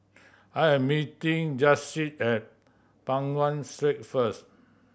I am meeting Jasiah at Peng Nguan Street first